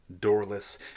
doorless